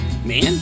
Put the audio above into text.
Man